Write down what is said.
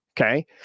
Okay